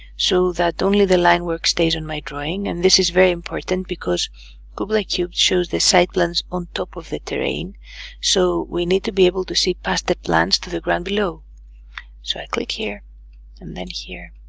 so that only the line work stays on my drawing and this is very important because kubla cubed shows the site plans on top of the terrain so we need to be able to see past the plans to the ground below so i click here and then here.